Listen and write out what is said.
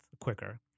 quicker